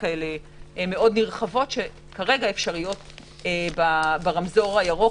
כאלה מאוד נרחבות שכרגע אפשריות ברמזור הירוק,